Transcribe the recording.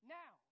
now